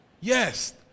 Yes